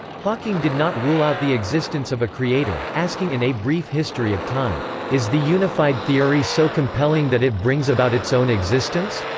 hawking did not rule out the existence of a creator, asking in a brief history of time is the unified theory so compelling that it brings about its own existence?